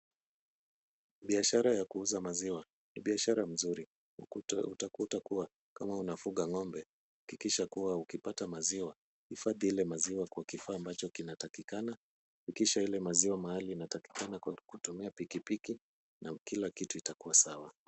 Biashara ya kuuza maziwa ni biashara mzuri. Utakuta kuwa, kama unafuga ng'ombe, hakikisha kuwa ukipata aziwa, hifadhi ile maziwa kwa kifaa ambacho kinatakikana. Kisha ile maziwa mahali inatakikana kwa kutumia piki piki na kila kitu itakuwa sawa,